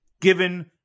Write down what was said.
Given